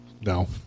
no